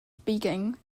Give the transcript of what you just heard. speaking